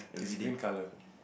is green colour